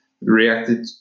reacted